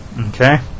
okay